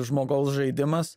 žmogaus žaidimas